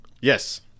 Yes